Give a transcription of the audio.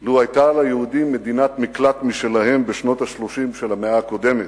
לו היתה ליהודים מדינת מקלט משלהם בשנות ה-30 של המאה הקודמת,